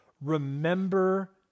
remember